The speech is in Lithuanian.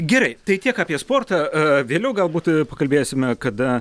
gerai tai tiek apie sportą vėliau galbūt pakalbėsime kada